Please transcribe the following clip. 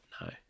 no